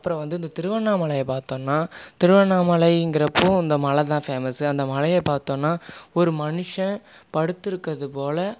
அப்றம் வந்து இந்த திருவண்ணாமலையை பார்த்தோன்னா திருவண்ணாமலைங்கிறப்போ அந்த மலைதான் ஃபேமஸு அந்த மலையை பார்த்தோன்னா ஒரு மனுஷன் படுத்துறக்கிறது போல